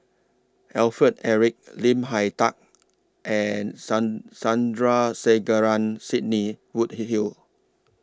Alfred Eric Lim Hak Tai and Sand Sandrasegaran Sidney Woodhull